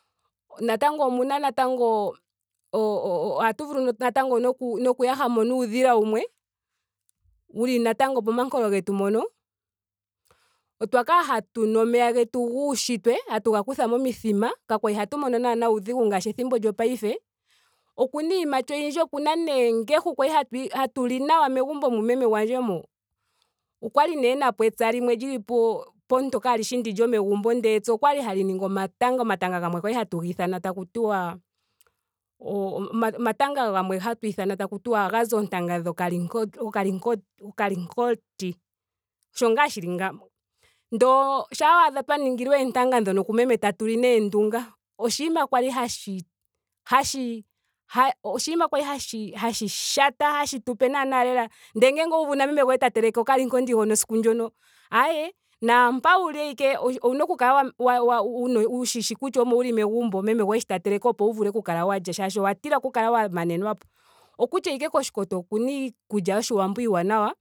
Natango omuna natango o- o- ohatu vulu natango noku noku yahamo nuudhila wumwe. wuli natango momankolo getu mono. Otwa kala hatu nu omeya getu guunshitwe hatu ga kutha momithima. Kakwali hatu mono naana uudhigu ngaashi pethimbo lyopaife. Okuna iiyimati oyindji. okuna noongehu kwali hatu hatu li nawa megumbo mu meme gwandje mo. Okwali nee enapo epya limwe lili po- ponto kaalishi ndi lyomegumbo. ndele epya okwali hali ningi omatanga. omatanga gamwe kwali hatu ga ithana tatu ti o- omatanga gamwe hatu ithana taku tiwa ohagazi oontanga dhokalinko dhokalinkondo dhokalinkoti. osho ngaa shili nga. ndele shampa waaadha twa ningilwa oontanga dhoka ku meme tatuli noondunga. oshinima kwali hashi hashi ha. oshinima kwali hashi hashi shata. hashitu pe naana lela. ndele ngele owuuvu na meme goye ta teleke okalinkondi hono siku nndyono aaye. naampa wuli ashike owushi owuna oku kala wa- wa- wa wuna wu shishi kutya omo wuli megumbo meme oye sho ta teleke opo wu vule oku kala wa lya shaashi owa tila oku kala wa manenwapo. Okutya ashike koshkoto okuna iikulya yoshiwambo iiwanawa